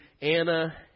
Anna